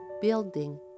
building